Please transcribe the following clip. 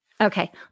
Okay